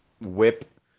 whip